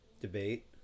debate